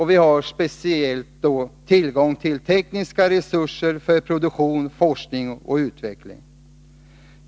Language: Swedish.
Men speciellt har vi tillgång till tekniska resurser för produktion, forskning och utveckling.